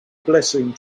blessing